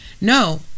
no